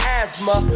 asthma